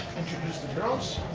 introduce the girls.